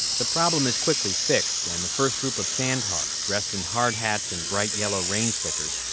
the problem is quickly fixed and the first group of sandhogs dressed in hardhats and bright yellow rain slickers,